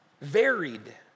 varied